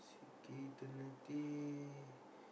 C_K eternity